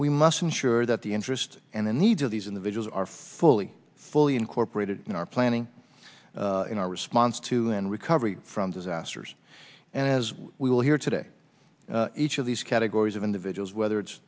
we must ensure that the interest and the needs of these individuals are fully fully incorporated in our planning in our response to and recovery from disasters and as we will here today each of these categories of individuals whether it's